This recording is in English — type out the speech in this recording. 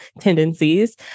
tendencies